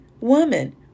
Woman